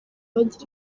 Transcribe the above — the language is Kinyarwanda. bagira